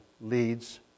leads